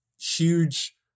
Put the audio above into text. huge